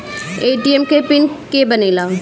ATM के PIN के के बनेला?